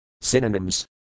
Synonyms